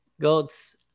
gods